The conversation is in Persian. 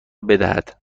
بدهد